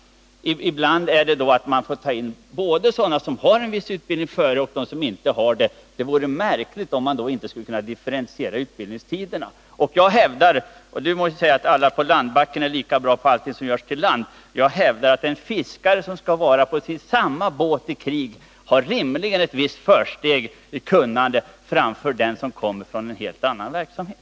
Ibland får man ta in både sådana som redan har en viss utbildning och sådana som inte har någon. Det vore märkligt om man då inte skulle kunna differentiera utbildningstiderna. Göthe Knutson tycks mena att alla som kommer från landbacken är lika bra på allting som görs på land. Jag hävdar bara att en fiskare som skall vara på samma båt i krig rimligen har ett visst försteg i kunnande framför den som kommer från helt annan verksamhet.